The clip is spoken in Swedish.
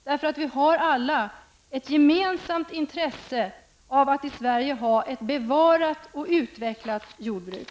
Vi har nämligen alla ett gemensamt intresse av att i Sverige ha ett bevarat och utvecklat jordbruk.